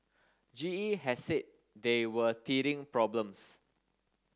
G E has said they were teething problems